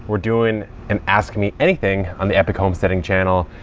we're doing an ask me anything on the epic homesteadingng channel.